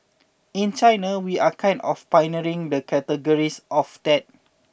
in China we are kind of pioneering the categories of that